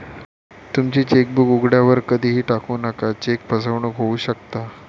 तुमची चेकबुक उघड्यावर कधीही टाकू नका, चेक फसवणूक होऊ शकता